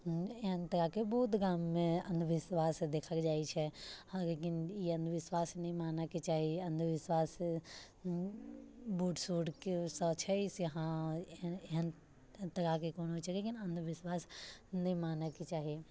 एहन तरहके बहुत गाममे अंधविश्वास देखल जाइ छै हँ लेकिन ई अंधविश्वास नहि मानयके चाही अंधविश्वास बूढ़ सूढ़के सँ छै से हँ एहन एहन तरहके कोनो छै लेकिन अंधविश्वास नहि मानयके चाही